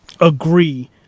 agree